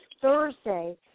Thursday